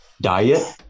diet